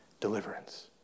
deliverance